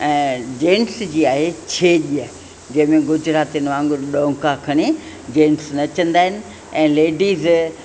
ऐं जेन्स जी आहे छेॼ जंहिं में गुजरातियुनि वांगुरु ॾौंका खणी जेन्स नचंदा आहिनि ऐं लेडीज़